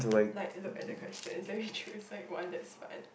like look at the questions then we choose one that is fine